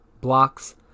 blocks